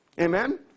Amen